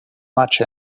much